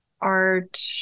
art